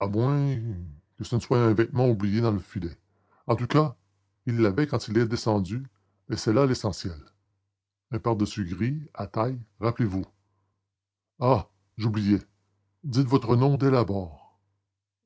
que ce ne soit un vêtement oublié dans le filet en tout cas il l'avait quand il est descendu et c'est là l'essentiel un pardessus gris à taille rappelez-vous ah j'oubliais dites votre nom dès l'abord